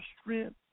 strength